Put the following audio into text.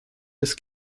des